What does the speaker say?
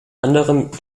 anderem